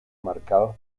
marcados